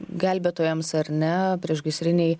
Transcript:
gelbėtojams ar ne priešgaisrinei